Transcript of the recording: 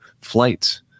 flights